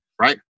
right